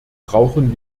brauchen